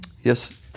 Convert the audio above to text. Yes